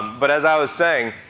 but as i was saying,